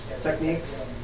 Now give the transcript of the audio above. techniques